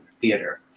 theater